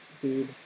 Dude